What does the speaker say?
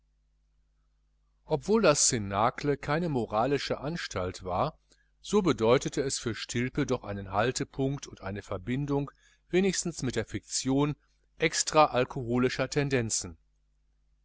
obwohl das cnacle keine moralische anstalt war so bedeutete es für stilpe doch einen haltepunkt und eine verbindung wenigstens mit der fiktion extra alkoholischer tendenzen